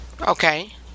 Okay